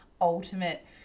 ultimate